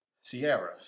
Sierra